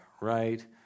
right